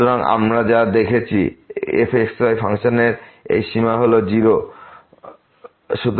সুতরাং আমরা যা দেখেছি যে f x y ফাংশনের এই 0 হল এই সীমা